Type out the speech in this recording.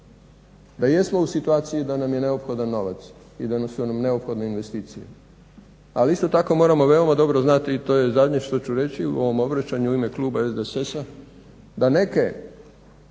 da jesmo u situaciji da nam je neophodan novac i da su nam neophodne investicije, ali isto tako moramo veoma dobro znati i to je zadnje što ću reći u ovom obraćanju u ime kluba SDSS-a, da neke